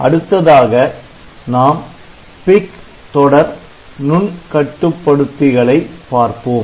அடுத்ததாக நாம் PIC தொடர் நுண்கட்டுப்படுத்திகளை பார்ப்போம்